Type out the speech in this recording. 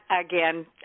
again